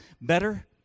better